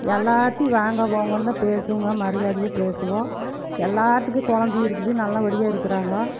எல்லாத்தையும் வாங்க போங்கன்னுதான் பேசுவோம்ங்க மரியாதையாக பேசுவோம் எல்லார்துக்கும் குழந்தை இருக்குது நல்ல படியாக இருக்குறாங்க